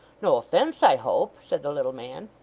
no offence i hope said the little man.